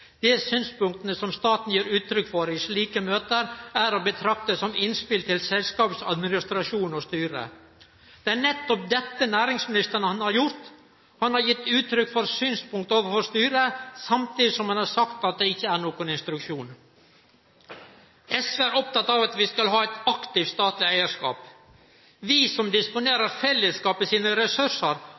staten gir uttrykk for i slike møter, er å betrakte som innspill til selskapets administrasjon og styre.» Det er nettopp dette næringsministeren har gjort. Han har gitt uttrykk for synspunkt overfor styret, samtidig som han har sagt at det ikkje er nokon instruksjon. SV er oppteke av at vi skal ha ein aktiv statleg eigarskap. Vi som disponerer fellesskapen sine ressursar,